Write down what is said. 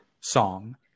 song